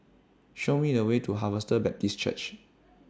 Show Me The Way to Harvester Baptist Church